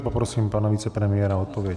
Poprosím pana vicepremiéra o odpověď.